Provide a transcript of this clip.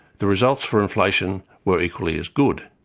the results for inflation were equally as good.